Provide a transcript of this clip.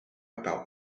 about